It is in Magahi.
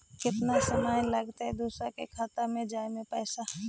केतना समय लगतैय दुसर के खाता में जाय में पैसा?